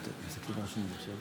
בראש.